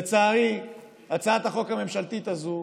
לצערי הצעת החוק הממשלתית הזו,